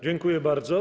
Dziękuję bardzo.